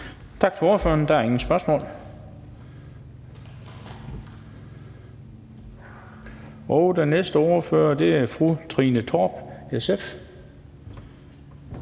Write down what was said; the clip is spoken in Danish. Tak til ordføreren. Der er ingen spørgsmål. Den næste ordfører er fru Trine Torp, SF.